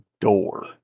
door